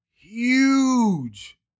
huge